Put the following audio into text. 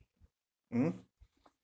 mmhmm